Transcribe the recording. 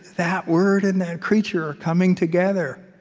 that word and that creature are coming together,